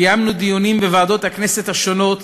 קיימנו דיונים בוועדות הכנסת השונות,